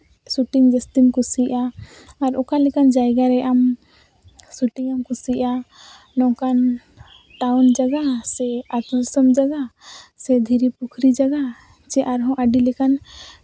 shooting ᱡᱟᱹᱥᱛᱤᱢ ᱠᱩᱥᱤᱭᱟᱜᱼᱟ ᱟᱨ ᱚᱠᱟ ᱞᱮᱠᱟᱱ ᱡᱟᱭᱜᱟ ᱨᱮ ᱟᱢ ᱥᱩᱴᱤᱝ ᱮᱢ ᱠᱩᱥᱤᱭᱟᱜᱼᱟ ᱱᱚᱝᱠᱟᱱ ᱴᱟᱣᱩᱱ ᱡᱟᱭᱜᱟ ᱮ ᱟᱛᱳ ᱫᱤᱥᱚᱢ ᱡᱟᱭᱜᱟ ᱥᱮ ᱫᱷᱤᱨᱤ ᱯᱩᱠᱷᱨᱤ ᱡᱟᱭᱜᱟ ᱥᱮ ᱟᱹᱰᱤ ᱞᱮᱠᱟᱱ